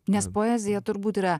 nes poezija turbūt yra